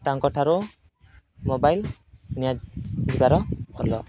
ତାଙ୍କ ଠାରୁ ମୋବାଇଲ ନିଆଯିବାର ଭଲ